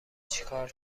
چیکار